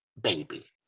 baby